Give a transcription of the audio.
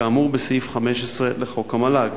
כאמור בסעיף 15 לחוק המל"ג.